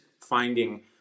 finding